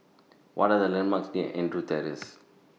What Are The landmarks near Andrews Terrace